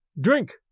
Drink